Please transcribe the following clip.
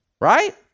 Right